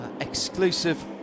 exclusive